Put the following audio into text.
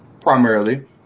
primarily